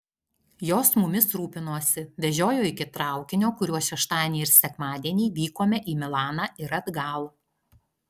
jos mumis rūpinosi vežiojo iki traukinio kuriuo šeštadienį ir sekmadienį vykome į milaną ir atgal